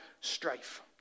strife